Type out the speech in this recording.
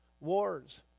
Wars